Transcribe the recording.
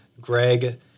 Greg